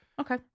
Okay